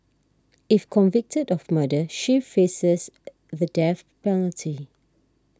if convicted of murder she faces the death penalty